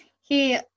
He-